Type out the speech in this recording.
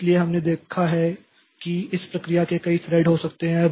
इसलिए हमने देखा है कि इस प्रक्रिया के कई थ्रेड हो सकते हैं